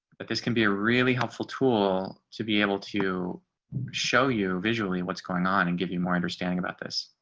but this can be a really helpful tool to be able to show you visually what's going on and give you more understanding about this.